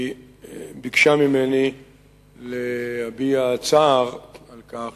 היא ביקשה ממני להביע צער על כך